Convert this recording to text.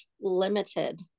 limited